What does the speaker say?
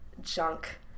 junk